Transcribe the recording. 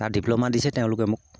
তাৰ ডিপ্ল'মা দিছে তেওঁলোকে মোক